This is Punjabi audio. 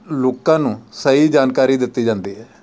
ਲੋਕਾਂ ਨੂੰ ਸਹੀ ਜਾਣਕਾਰੀ ਦਿੱਤੀ ਜਾਂਦੀ ਹੈ